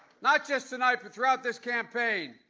not just tonight but throughout this campaign,